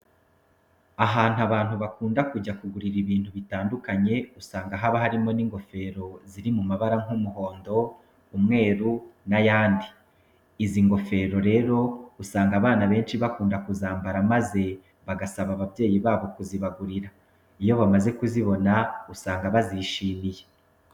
Ahantu abantu bakunda kujya kugurira ibintu bitandukanye usanga haba harimo n'ingofero ziri mu mabara nk'umuhondo, umweru n'ayandi. Izi ngofero rero usanga abana benshi bakunda kuzambara maze bagasaba ababyeyi babo kuzibagurira. Iyo bamaze kuzibona usanga bazishimiye.